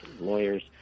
lawyers